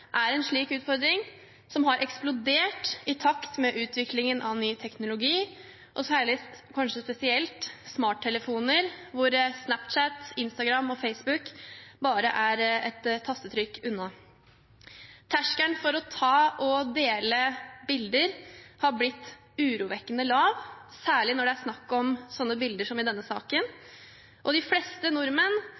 er en slik utfordring – som har eksplodert i takt med utviklingen av ny teknologi, og kanskje spesielt smarttelefoner, hvor Snapchat, Instagram og Facebook bare er et tastetrykk unna. Terskelen for å ta og dele bilder har blitt urovekkende lav, særlig når det er snakk om slike bilder som i denne saken, og de fleste nordmenn,